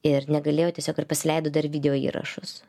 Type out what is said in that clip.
ir negalėjo tiesiog ar pasileido dar videoįrašus